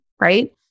right